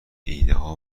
ایدهها